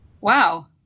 Wow